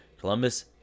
Columbus